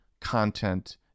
content